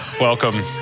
welcome